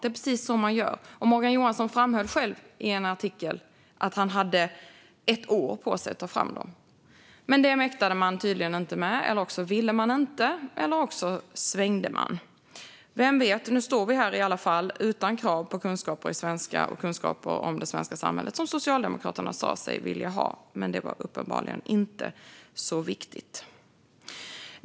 Det är precis så man gör. Morgan Johansson framhöll själv i en artikel att han hade ett år på sig att ta fram dem. Men det mäktade man tydligen inte med - eller så ville man inte, eller också svängde man. Vem vet? Nu står vi här i alla fall, utan krav på kunskaper i svenska och kunskaper om det svenska samhället, som Socialdemokraterna sa sig vilja ha. Det var uppenbarligen inte så viktigt.